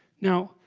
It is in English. now,